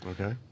Okay